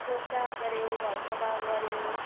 पोचा गऱ्यो घर सफा गऱ्यो